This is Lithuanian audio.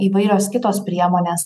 įvairios kitos priemonės